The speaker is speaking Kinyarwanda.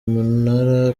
munara